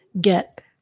get